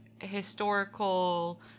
historical